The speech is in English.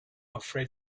afraid